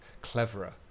cleverer